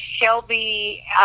Shelby